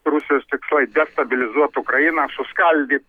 rusijos tikslai destabilizuot ukrainą suskaldyt